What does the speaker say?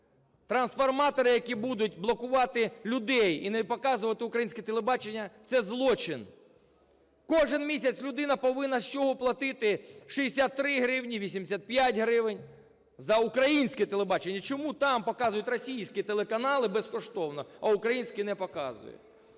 трансформатори, які будуть блокувати людей і не показувати українське телебачення, це злочин. Кожен місяць людина повинна з чого платити 63 гривні, 85 гривень за українське телебачення? Чому там показують російські телеканали безкоштовно, а українські не показують?